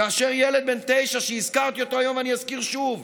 כאשר ילד בן תשע שהזכרתי היום ואני אזכיר שוב,